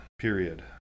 period